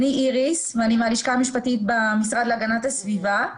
אני איריס ואני מהלשכה המשפטית במשרד להגנת הסביבה.